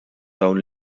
dawn